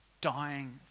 dying